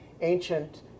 ancient